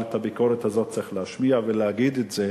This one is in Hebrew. אבל את הביקורת הזאת צריך להשמיע, ולהגיד את זה